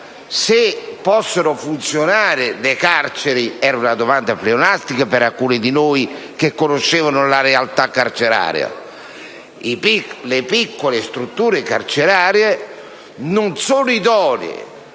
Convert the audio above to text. (se possono funzionare le piccole carceri), anche se era pleonastica per alcuni di noi che conoscono la realtà carceraria. Le piccole strutture carcerarie non sono idonee